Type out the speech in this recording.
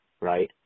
right